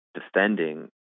defending